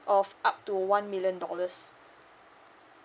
of up to one million dollars